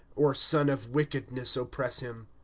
or son of wickedness oppress him.